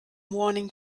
warning